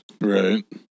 Right